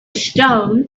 stone